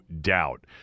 doubt